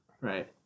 Right